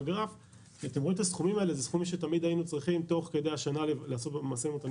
אלה סכומים שתמיד היינו צריכים תוך כדי השנה לעשות משא ומתן